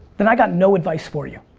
then i got no advice for you.